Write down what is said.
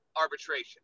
arbitration